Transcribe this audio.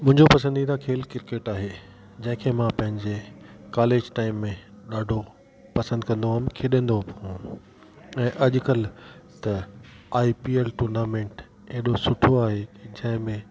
मुंहिंजो पसंदीदा खेल क्रिकेट आहे जेके मां पंहिंजे कॉलेज टाइम में ॾाढो पसंदि कंदो हुयुमि खेॾंदो हुयुमि ऐं अॼुकल्ह त आई पी एल टूर्नामेंट एॾो सुठो आहे जंहिंमें